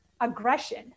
aggression